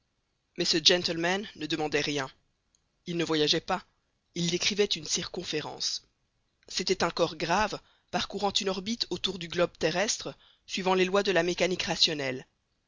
mais ce gentleman ne demandait rien il ne voyageait pas il décrivait une circonférence c'était un corps grave parcourant une orbite autour du globe terrestre suivant les lois de la mécanique rationnelle